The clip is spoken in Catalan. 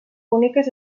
boniques